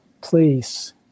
please